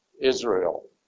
Israel